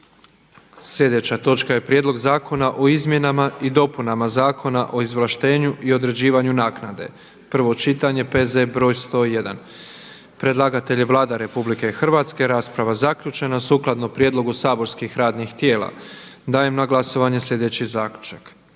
Sljedeća točka je Prijedlog zakona o izmjenama i dopunama Zakona o izvlaštenju i određivanju naknade, prvo čitanje, P.Z. br. 101. Predlagatelj je Vlada Republike Hrvatske. Rasprava zaključena. Sukladno prijedlogu saborskih radnih tijela dajem na glasovanje sljedeći Zaključak: